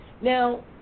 Now